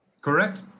Correct